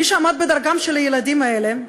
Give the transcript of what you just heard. מי שעמד בדרכם של הילדים האלה,